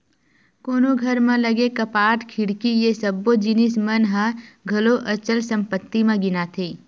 कोनो घर म लगे कपाट, खिड़की ये सब्बो जिनिस मन ह घलो अचल संपत्ति म गिनाथे